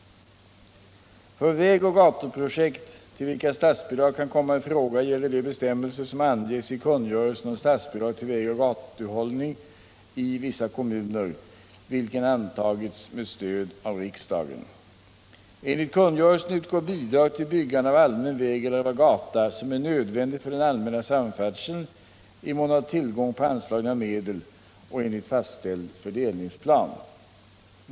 För vägoch gatuprojekt till vilka statsbidrag kan komma i fråga gäller de bestämmelser som anges i kungörelsen om statsbidrag till vägoch gatuhållning i vissa kommuner, vilken antagits med stöd av riksdagen. Enligt kungörelsen utgår bidrag till byggande av allmän väg eller av gata som är nödvändig för den allmänna samfärdseln i mån av tillgång på anslagna medel och enligt fastställd fördelningsplan.